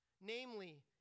namely